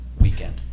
weekend